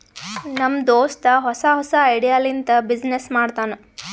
ನಮ್ ದೋಸ್ತ ಹೊಸಾ ಹೊಸಾ ಐಡಿಯಾ ಲಿಂತ ಬಿಸಿನ್ನೆಸ್ ಮಾಡ್ತಾನ್